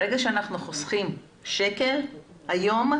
שברגע שאנחנו חוסכים שקל היום,